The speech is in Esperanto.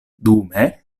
dume